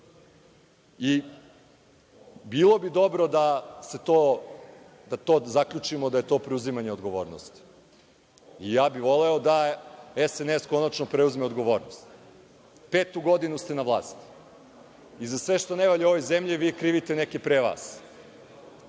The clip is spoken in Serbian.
Bilo bi dobro da zaključimo da je to preuzimanje odgovornosti. Voleo bih da SNS konačno preuzme odgovornost. Petu godinu ste na vlasti i za sve što ne valja u ovoj zemlji vi krivite neke pre vas,